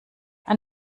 ein